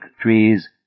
trees